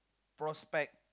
prospect